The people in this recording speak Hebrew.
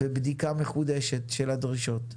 ובדיקה מחודשת של הדרישות.